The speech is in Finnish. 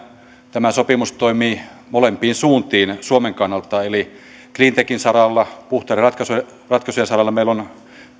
tämä sopimus toimii molempiin suuntiin suomen kannalta eli cleantechin saralla puhtaiden ratkaisujen saralla meillä on